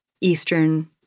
Eastern